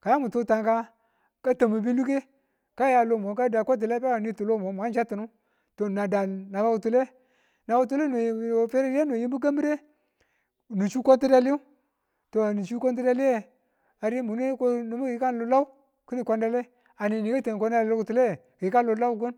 Ka yamu to tanka, katamun be luke kayan lomo ka da bekwatila kani ti lomo ma chatti̱nu to nan da loki̱tule. Naba ki̱tule no yinu yoye ferediye a yimbu kambịre nichu kwantidaliyu nichu kwantidaliye to ari to mwanedu ko nibu ki yikan lolau kini kwandale aneni ka tammin kwandale we loki̱tule we ki̱yikan lo lonki̱n